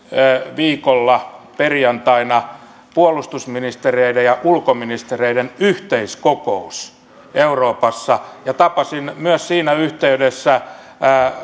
viikolla perjantaina puolustusministereiden ja ulkoministereiden yhteiskokous euroopassa ja tapasin myös siinä yhteydessä